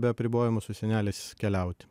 be apribojimų su seneliais keliauti